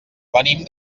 venim